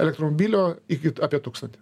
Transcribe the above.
elektromobilio iki apie tūkstantį